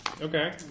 Okay